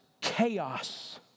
chaos